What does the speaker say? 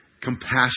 Compassion